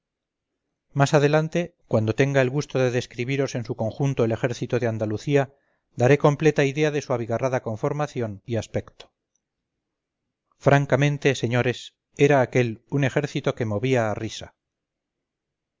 más adelante cuando tenga el gusto de describiros en su conjunto el ejército de andalucía daré completa idea de su abigarrada conformación y aspecto francamente señores era aquel un ejército que movía a risa